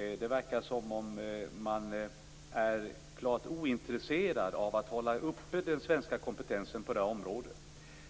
Man verkar vara klart ointresserad av att hålla uppe den svenska kompetensen på det här området.